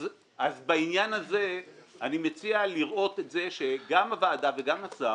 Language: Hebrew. אז בעניין הזה אני מציע לראות את זה שגם הוועדה וגם השר